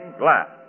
glass